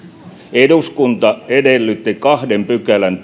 eduskunta edellytti kahden pykälän